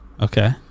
Okay